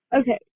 Okay